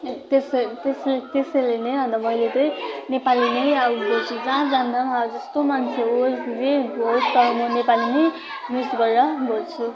त्यसै त्यसै त्यसैले नै अन्त मैले चाहिँ नेपाली नै अब बोल्छु जहाँ जाँदा पनि जस्तो मान्छे होस् जे होस् तर म नेपाली नै मिस गरेर बोल्छु